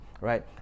right